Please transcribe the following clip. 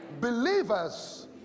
believers